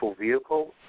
vehicle